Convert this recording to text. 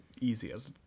easiest